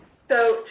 so,